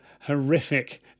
horrific